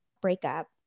breakup